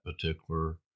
particular